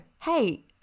hey